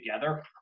together